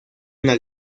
una